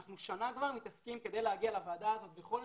אנחנו שנה כבר מתעסקים בנושא על מנת להגיע לוועדה הזו עם כל הנתונים.